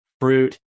fruit